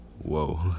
Whoa